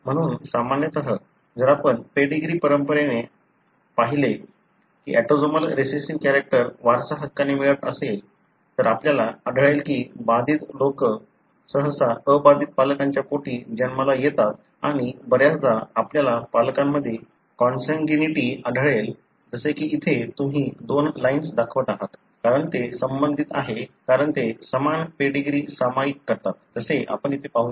म्हणून सामान्यत जर आपण पेडीग्री परंपरेने पाहिले की ऑटोसोमल रीसेसिव्ह कॅरेक्टर वारसाहक्काने मिळत असेल तर आपल्याला आढळेल की बाधित लोक सहसा अबाधित पालकांच्या पोटी जन्माला येतात आणि बऱ्याचदा आपल्याला पालकांमध्ये कॉन्सन्ग्यूनिटी आढळेल जसे की इथे तुम्ही दोन लाईन्स दाखवत आहात कारण ते संबंधित आहेत कारण ते समान पेडीग्री सामायिक करतात जसे आपण इथे पाहू शकता